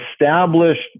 established